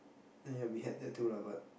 ya ya we had that too lah but